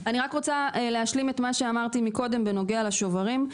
אני רק רוצה להשלים את מה שאמרתי קודם בנוגע לשוברים.